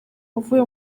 wavuye